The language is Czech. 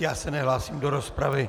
Já se nehlásím do rozpravy.